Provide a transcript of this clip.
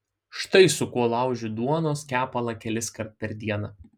štai su kuo laužiu duonos kepalą keliskart per dieną